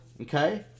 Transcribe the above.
okay